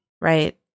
Right